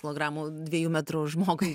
kilogramų dviejų metrų žmogui